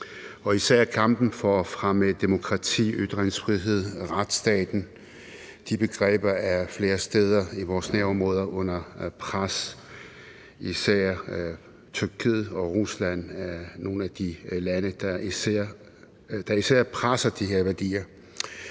især kampen for at fremme demokrati, ytringsfrihed og retsstaten. De begreber er flere steder i vores nærområder under pres. Tyrkiet og Rusland er nogle af de lande, der især presser de her værdier.